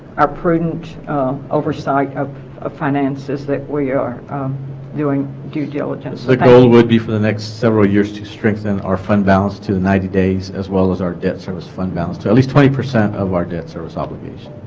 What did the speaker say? prudent oversight of ah finances that we are doing due diligence the goal would be for the next several years to strengthen our fund balance to ninety days as well as our debt service fund balance to at least twenty percent of our debt service obligation